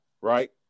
right